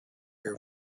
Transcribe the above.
their